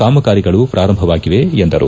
ಕಾಮಗಾರಿಗಳು ಪ್ರಾರಂಭವಾಗಿವೆ ಎಂದರು